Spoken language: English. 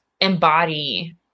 embody